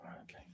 okay